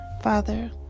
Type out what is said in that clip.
Father